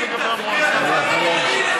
אתה מספיק שנים, אדוני היושב-ראש,